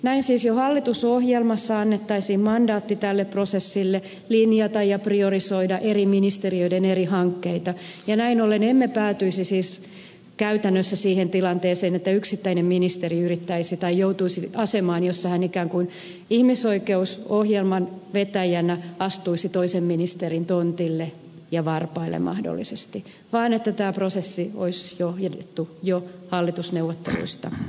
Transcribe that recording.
näin siis jo hallitusohjelmassa annettaisiin mandaatti tälle prosessille linjata ja priorisoida eri ministeriöiden eri hankkeita ja näin ollen emme päätyisi siis käytännössä siihen tilanteeseen että yksittäinen ministeri joutuisi asemaan jossa hän ikään kuin ihmisoikeusohjelman vetäjänä astuisi mahdollisesti toisen ministerin tontille ja varpaille vaan tämä prosessi olisi johdettu jo hallitusneuvotteluista käsin